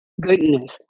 goodness